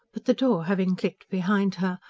but the door having clicked behind her,